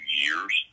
years